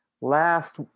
last